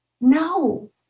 No